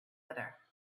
other